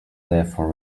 therefore